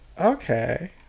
okay